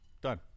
Done